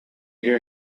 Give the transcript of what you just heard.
hear